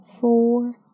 Four